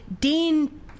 Dean